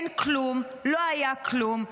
אין כלום, לא היה כלום.